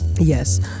yes